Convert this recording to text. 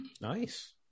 Nice